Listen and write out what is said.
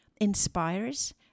inspires